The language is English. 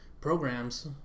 programs